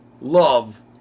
love